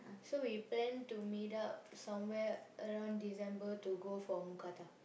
so we plan to meet up somewhere around December to go for mookata